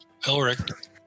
Elric